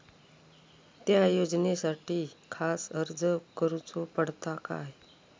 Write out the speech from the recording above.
त्या योजनासाठी खास अर्ज करूचो पडता काय?